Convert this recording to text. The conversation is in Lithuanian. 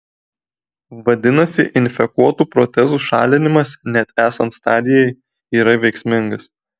vadinasi infekuotų protezų šalinimas net esant stadijai yra veiksmingas